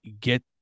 get